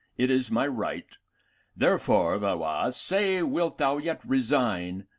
it is my right therefore, valois, say, wilt thou yet resign,